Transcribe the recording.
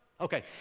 okay